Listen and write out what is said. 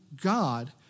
God